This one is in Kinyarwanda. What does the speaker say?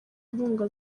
inkunga